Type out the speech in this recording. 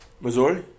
Missouri